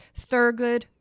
Thurgood